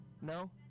No